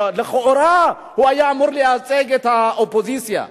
שלכאורה הוא היה אמור לייצג את האופוזיציה,